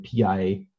PI